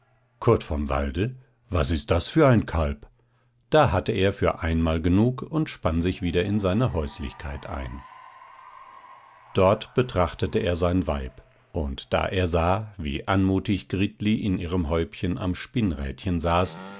kurt vom walde was ist das für ein kalb da hatte er für einmal genug und spann sich wieder in seine häuslichkeit ein dort betrachtete er sein weib und da er sah wie anmutig gritli in ihrem häubchen am spinnrädchen saß